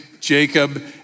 Jacob